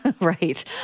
Right